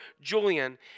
Julian